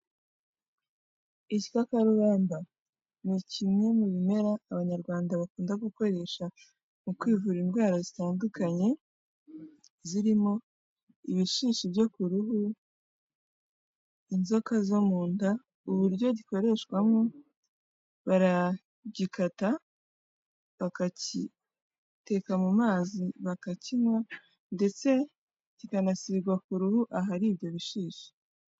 Igikakarubamba, ni kimwe mu bimera abanyarwanda bakunda gukoresha mu kwivura indwara zitandukanye, zirimo ibishishi byo ku ruhu, inzoka zo mu nda, uburyo gikoreshwamo baragikata, bakagiteka mu mazi bakakinywa ndetse kikanasigwa ku ruhu ahari ibyo bishishi.